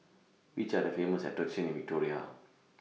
Which Are The Famous attractions in Victoria